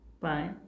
Bye